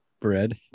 bread